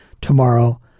tomorrow